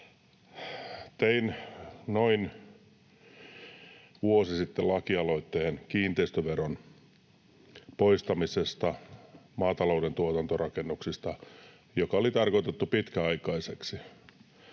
Tein noin vuosi sitten lakialoitteen kiinteistöveron poistamisesta maatalouden tuotantorakennuksista, joka oli tarkoitettu pitkäaikaiseksi.